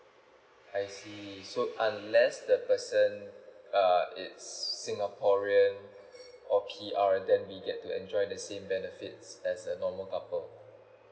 I see so unless the person err it's singaporean or P_R then we get to enjoy the same benefits as a normal couple